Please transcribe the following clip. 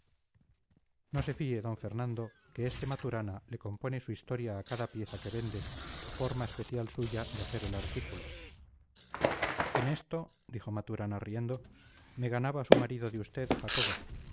no se fíe d fernando que este maturana le compone su historia a cada pieza que vende forma especial suya de hacer el artículo en esto dijo maturana riendo me ganaba su marido de usted jacoba